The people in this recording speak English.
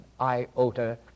iota